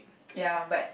ya but